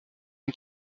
une